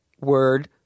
word